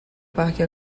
parque